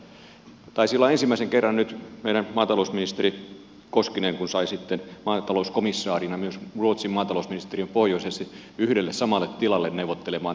taisi olla ensimmäinen kerta nyt tämän kauden aikana kun meidän maatalousministeri koskinen sai sitten maatalouskomissaarin ja myös ruotsin maatalousministerin pohjoiseen yhdelle ja samalle tilalle neuvottelemaan